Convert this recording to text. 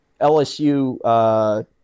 LSU –